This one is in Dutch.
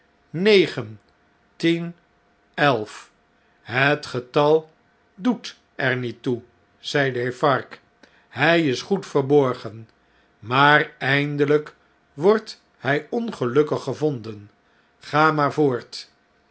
negen tien elf het getal doet er niet toe zei defarge hij is goed verborgen maar eindelyk wordt hjj ongelukkig gevonden ga maar voort